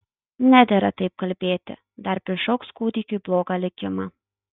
nedera taip kalbėti dar prišauks kūdikiui blogą likimą